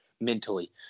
mentally